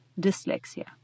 dyslexia